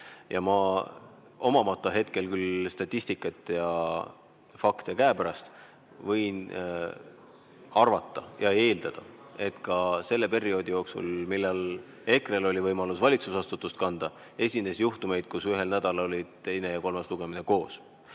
Ma, omamata hetkel küll statistikat ja fakte käepärast, võin arvata ja eeldada, et ka selle perioodi jooksul, kui EKRE-l oli võimalus valitsusvastutust kanda, esines juhtumeid, kus ühel nädalal olid teine ja kolmas lugemine koos.